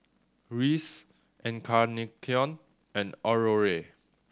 Reese Encarnacion and Aurore